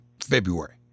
February